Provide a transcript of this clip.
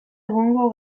egongo